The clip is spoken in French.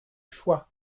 choix